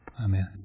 Amen